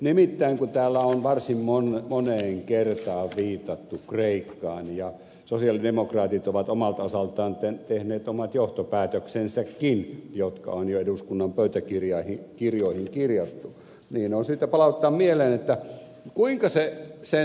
nimittäin kun täällä on varsin moneen kertaa viitattu kreikkaan ja sosialidemokraatit ovat omalta osaltaan tehneet omat johtopäätöksensäkin jotka on jo eduskunnan pöytäkirjoihin kirjattu on syytä palauttaa mieleen kuinka se se